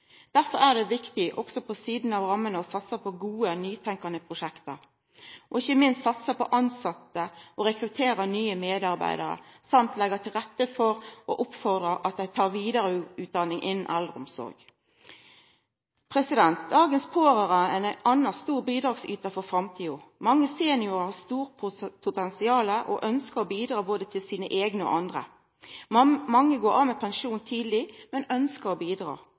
Derfor er det viktig, også på sida av rammene, å satsa på gode nytenkande prosjekt og ikkje minst å satsa på tilsette og rekruttera nye medarbeidarar og legga til rette for og oppfordra til å ta vidareutdanning innan eldreomsorg. Dagens pårørande er andre bidragsytarar for framtida. Mange seniorar har stort potensial og ønsker å bidra både for sine eigne og andre. Mange går av med pensjon tidleg, men ønsker å bidra.